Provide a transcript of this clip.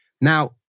Now